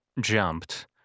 jumped